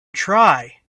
try